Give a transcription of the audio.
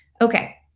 Okay